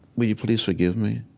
will you please forgive me?